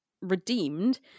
redeemed